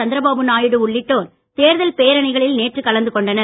சந்திரபாபு நாயுடு உள்ளிட்டோர் தேர்தல் பேரணிகளில் நேற்று கலந்து கொண்டனர்